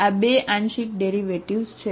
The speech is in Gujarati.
આ 2 આંશિક ડેરિવેટિવ્ઝ છે